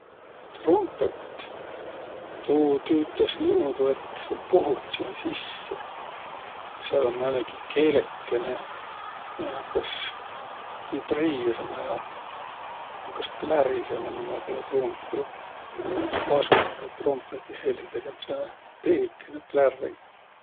Trompõt? Tuu tüütäs niimuudu, et sa puhut sinnäq sisse. Sääl um määnegi keelekene, miä nakkas vibriirmä ja sis nakkas plärisemä. Ja tuu umgi tuu pasuna vai trompõdi helü. Tegelt sääne peenükene plärrin.